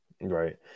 Right